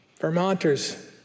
Vermonters